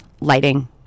lighting